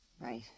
Right